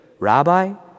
Rabbi